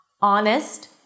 Honest